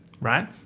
right